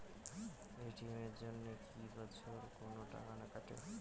ATM এর জন্যে কি বছরে কোনো টাকা কাটে?